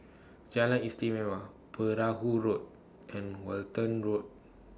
Jalan Istimewa Perahu Road and Walton Road